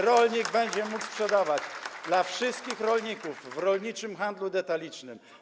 Rolnik będzie mógł tyle sprzedawać - to dla wszystkich rolników - w rolniczym handlu detalicznym.